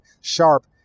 sharp